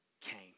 came